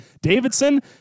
Davidson